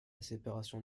séparation